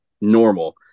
normal